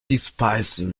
despises